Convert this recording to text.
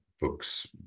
books